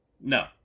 No